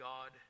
God